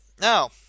Now